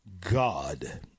God